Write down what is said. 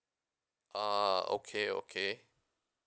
ah okay okay